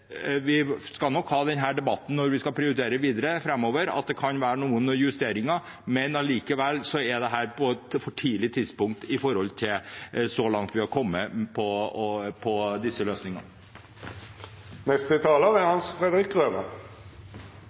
vi skal nok ha denne debatten når vi skal prioritere videre framover – det kan være behov for noen justeringer. Men allikevel er dette et for tidlig tidspunkt i forhold til hvor langt vi har kommet med disse løsningene. Den teknologiske utviklingen gir oss helt nye muligheter til å